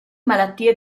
malattie